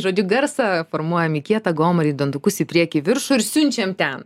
žodžiu garsą formuojam į kietą gomurį į dantukus į priekį į viršų ir siunčiame ten